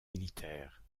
militaire